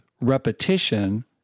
repetition